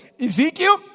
Ezekiel